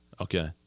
Okay